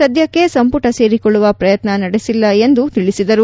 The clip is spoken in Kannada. ಸದ್ಯಕ್ಷೆ ಸಂಪುಟ ಸೇರಿಕೊಳ್ಳುವ ಪ್ರಯತ್ನ ನಡೆಸಿಲ್ಲ ಎಂದು ತಿಳಿಸಿದರು